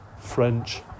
French